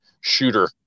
shooter